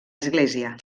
església